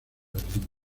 berlín